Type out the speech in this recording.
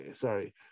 sorry